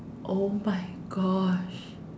!oh-my-gosh!